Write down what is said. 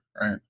right